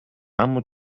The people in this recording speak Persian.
اما